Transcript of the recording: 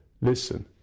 Listen